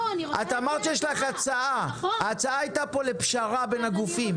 אמרת שיש לך הצעה לפשרה בין הגופים.